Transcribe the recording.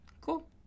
Cool